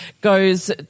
goes